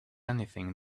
anything